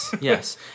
Yes